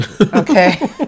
Okay